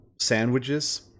sandwiches